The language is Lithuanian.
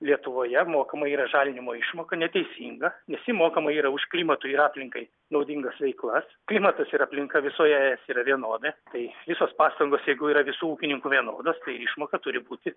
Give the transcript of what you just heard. lietuvoje mokama yra žalinimo išmoka neteisinga nes ji mokama yra už klimatui ir aplinkai naudingas veiklas klimatas ir aplinka visoje es yra vienoda tai visos pastangos jeigu yra visų ūkininkų vienodos tai ir išmoka turi būti